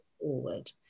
forward